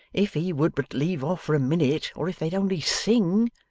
if he would but leave off for a minute, or if they'd only sing